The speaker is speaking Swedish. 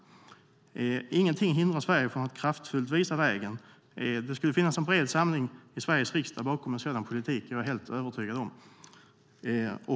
Ingenting hindrar Sverige från att kraftfullt visa vägen. Det skulle finnas en bred samling i Sveriges riksdag bakom en sådan politik, är jag helt övertygad om.